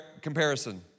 comparison